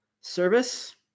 service